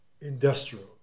industrial